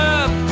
up